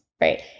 Right